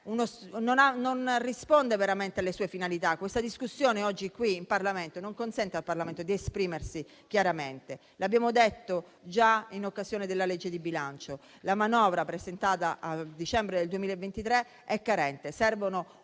non risponde veramente alle sue finalità. La discussione odierna non consente al Parlamento di esprimersi chiaramente. L'abbiamo detto già in occasione della discussione della legge di bilancio: la manovra presentata a dicembre del 2023 è carente. Serve